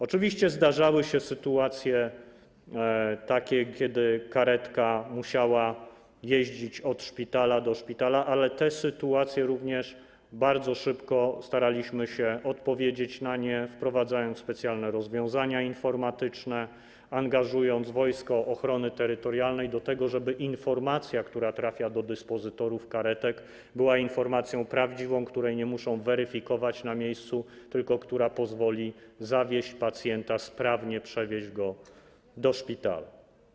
Oczywiście zdarzały się takie sytuacje, kiedy karetka musiała jeździć od szpitala do szpitala, ale na te sytuacje również bardzo szybko staraliśmy się odpowiedzieć, wprowadzając specjalne rozwiązania informatyczne, angażując wojsko ochrony terytorialnej do tego, żeby informacja, która trafia do dyspozytorów karetek, była informacją prawdziwą, której nie muszą weryfikować na miejscu, tylko taką, która pozwoli zawieźć pacjenta, sprawnie przewieźć go do szpitala.